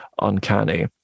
uncanny